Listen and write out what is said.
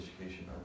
education